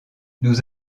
nous